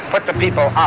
put the people up.